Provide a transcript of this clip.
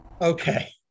Okay